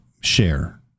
share